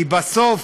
כי בסוף,